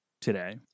today